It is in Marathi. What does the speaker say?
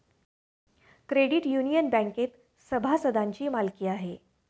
क्रेडिट युनियन बँकेत सभासदांची मालकी आहे